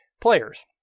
players